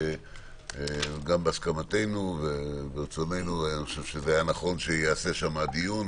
זה היה גם בהסכמתנו ואני חושב שנכון היה שייעשה שם הדיון.